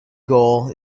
goal